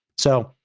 so,